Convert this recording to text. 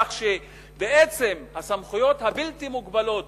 כך שבעצם הסמכויות הבלתי-מוגבלות